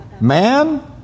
man